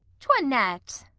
toinette!